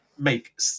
make